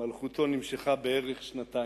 מלכותו נמשכה בערך שנתיים.